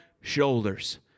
shoulders